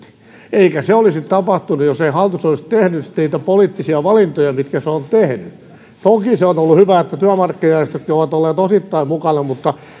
eikä se olisi tapahtunut jos ei hallitus olisi tehnyt niitä poliittisia valintoja mitkä se on tehnyt toki se on on ollut hyvä että työmarkkinajärjestötkin ovat olleet osittain mukana mutta